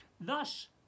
thus